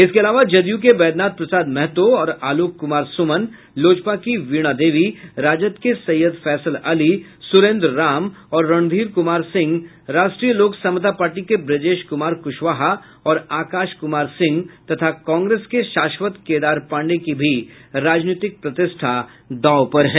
इसके अलावा जदयू के वैद्यनाथ प्रसाद महतो और आलोक कुमार सुमन लोजपा की वीणा देवी राजद के सैयद फैसल अली सुरेंद्र राम और रणधीर कुमार सिंह राष्ट्रीय लोक समता पार्टी के ब्रजेश कुमार कुशवाहा और आकाश कुमार सिंह तथा कांग्रेस के शाश्वत केदार की भी राजनीतिक प्रतिष्ठा दांव पर है